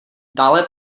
dále